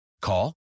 Call